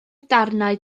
darnau